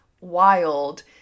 wild